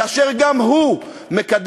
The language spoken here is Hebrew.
כאשר גם הוא מקדם,